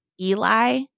Eli